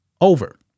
over